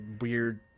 weird